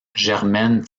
germaine